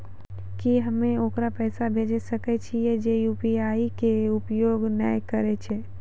की हम्मय ओकरा पैसा भेजै सकय छियै जे यु.पी.आई के उपयोग नए करे छै?